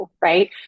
right